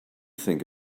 think